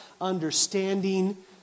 understanding